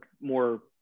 more